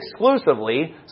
exclusively